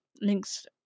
links